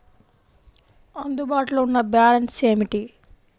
అందుబాటులో ఉన్న బ్యాలన్స్ ఏమిటీ?